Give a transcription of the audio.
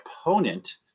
opponent